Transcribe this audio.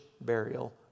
burial